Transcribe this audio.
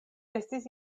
estis